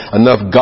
enough